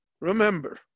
Remember